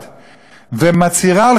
ומצהירה על חילולי שבת,